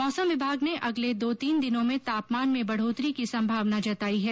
मौसम विभाग ने अगले दो तीन दिनों में तापमान में बढ़ोतरी की संभावना जताई है